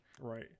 Right